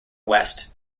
west